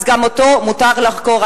גם אותו מותר לחקור.